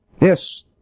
Yes